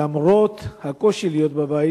למרות הקושי להיות בבית,